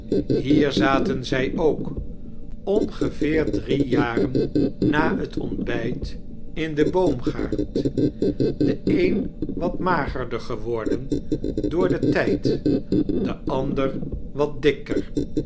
hier zaten zij ook ongeveer drie jaren na het ontbijt in den boomgaard de een wat magerder geworden door den trjd de ander wat dikker